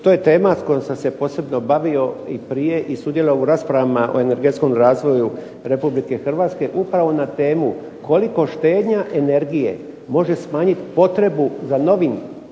To je tema s kojom sam se posebno bavio i prije i sudjelovao u raspravama o energetskom razvoju Republike Hrvatske upravo na temu koliko štednja energije može smanjiti potrebu za novim količinama